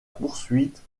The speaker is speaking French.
poursuite